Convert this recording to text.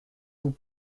vous